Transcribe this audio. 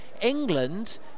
England